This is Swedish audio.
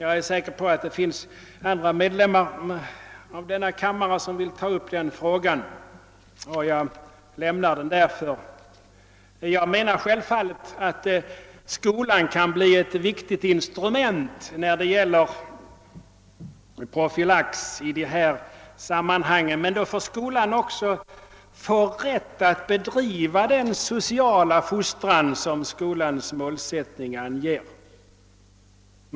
Jag är säker på att det finns andra medlemmar av denna kammare som vill ta upp den frågan och jag lämnar den därför. Jag menar självfallet att skolan kan bli ett viktigt instrument när det gäller profylax i dessa sammanhang, men då måste skolan också få rätt att bedriva den sociala fostran som dess mål sättning anger.